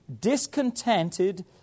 discontented